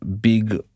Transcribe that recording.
big